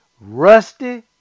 Rusty